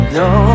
no